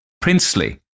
Princely